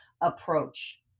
approach